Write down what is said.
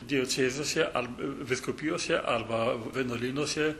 diacezėse ar vyskupijose arba vienuolynuose